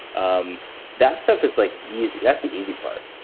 um that stuff is like easy. that's the easy part.